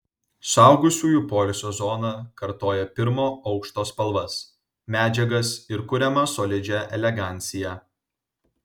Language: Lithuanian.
suaugusiųjų poilsio zona kartoja pirmo aukšto spalvas medžiagas ir kuriamą solidžią eleganciją